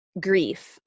grief